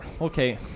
okay